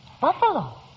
Buffalo